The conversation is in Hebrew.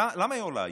למה היא עולה היום?